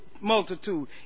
multitude